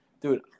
Dude